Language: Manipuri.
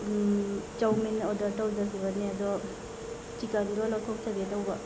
ꯆꯧꯃꯤꯟ ꯑꯣꯗꯔ ꯇꯧꯖꯈꯤꯕꯅꯦ ꯑꯗꯣ ꯆꯤꯀꯟꯗꯣ ꯂꯧꯊꯣꯛꯆꯒꯦ ꯇꯧꯕ